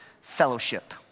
fellowship